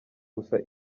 gusa